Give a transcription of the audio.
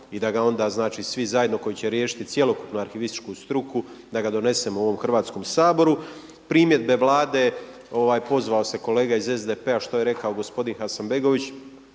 i da ga onda, znači svi zajedno koji će riješiti cjelokupnu arhivističku struku da ga donesemo u ovom Hrvatskom saboru. Primjedbe Vlade, pozvao se kolega iz SDP-a što je rekao gospodin Hasanbegović,